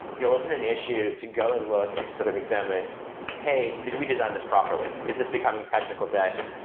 you'll open an issue to go and look and to sort of examine, hey, did we design this properly? is this becoming technical that